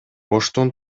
оштун